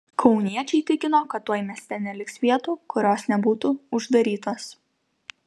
kauniečiai tikino kad tuoj mieste neliks vietų kurios nebūtų uždarytos